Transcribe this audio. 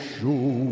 show